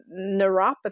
neuropathy